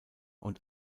und